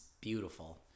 beautiful